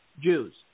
Jews